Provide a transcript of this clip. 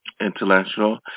intellectual